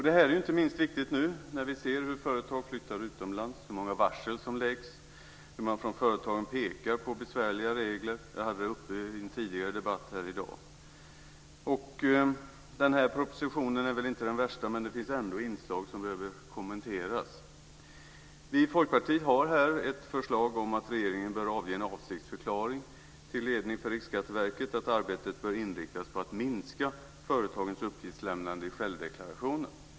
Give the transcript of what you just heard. Det här är inte minst viktigt nu när vi ser hur företag flyttar utomlands, alla varsel som utfärdas och hur företagen pekar på besvärliga regler. Jag tog upp dessa frågor i en debatt tidigare i dag. Den här propositionen är väl inte den värsta, men det finns inslag som behöver kommenteras. Vi i Folkpartiet har här ett förslag om att regeringen bör avge en avsiktsförklaring till ledning för Riksskatteverket om att arbetet bör inriktas på att minska företagens uppgiftslämnande i självdeklarationen.